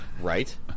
Right